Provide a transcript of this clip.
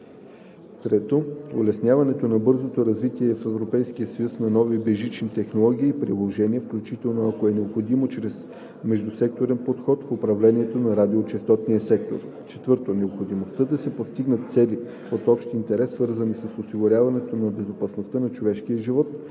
3. улесняването на бързото развитие в Европейския съюз на нови безжични технологии и приложения, включително, ако е необходимо, чрез междусекторен подход в управлението на радиочестотния спектър; 4. необходимостта да се постигнат цели от общ интерес, свързани с осигуряването на безопасността на човешкия живот,